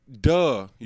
Duh